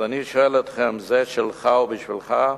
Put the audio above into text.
אז אני שואל אתכם, זה "שלך ובשבילך"?